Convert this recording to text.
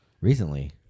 recently